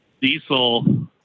diesel